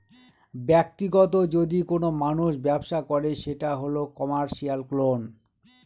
ব্যাক্তিগত যদি কোনো মানুষ ব্যবসা করে সেটা হল কমার্সিয়াল লোন